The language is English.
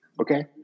Okay